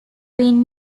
been